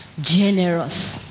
generous